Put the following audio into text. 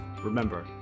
remember